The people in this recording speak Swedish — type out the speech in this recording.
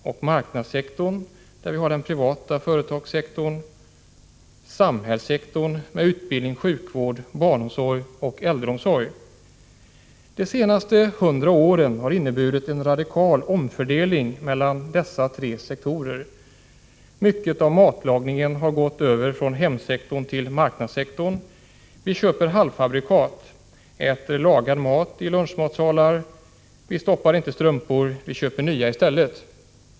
e Marknadssektorn, där vi har den privata företagssektorn. e Samhällssektorn, med utbildning, sjukvård, barnomsorg, äldreomsorg. De senaste 100 åren har inneburit en radikal omfördelning mellan dessa tre sektorer. Mycket av matlagningen har gått över från hemsektorn till marknadssektorn. Vi köper halvfabrikat, äter lagad mat i lunchmatsalar och restauranger. Vi stoppar inte strumpor, vi köper nya i stället.